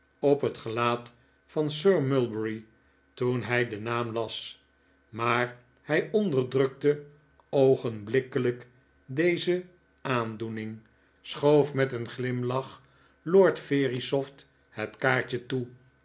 op het gezicht van sir mulberry toen hij den naam las maar hij onderdrukte oogenblikkelijk deze aandoening schoof met een glimlach lord verinikolaas nickleby sopht het kaartje toe